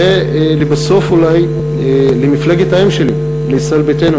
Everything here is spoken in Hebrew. לבסוף, למפלגת האם שלי, ישראל ביתנו.